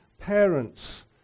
parents